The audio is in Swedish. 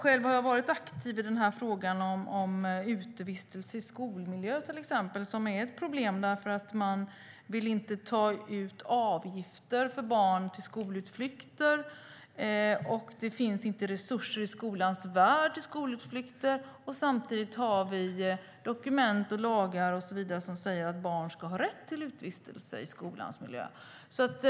Jag har själv varit aktiv i frågan om utevistelse i skolmiljö. Det är ett problem därför att man inte vill ta ut avgifter för skoltutflykter och det inte finns resurser i skolans värld för skolutflykter, men samtidigt har vi dokument och lagar som säger att barn ska ha rätt till utevistelse i skolans miljö.